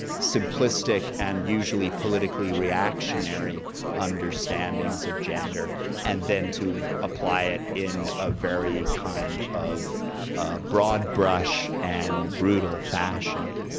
simplistic and usually politically reactionary understandings of gender and then to apply it in a very kind of broad brush and brutal fashion.